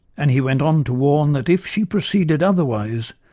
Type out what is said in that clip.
and he went on to warn that if she proceeded otherwise,